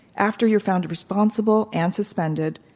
after you're found responsible and suspended,